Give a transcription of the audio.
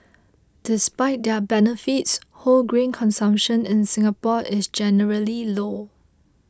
despite their benefits whole grain consumption in Singapore is generally low